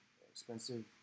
expensive